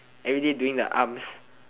everyday doing the arms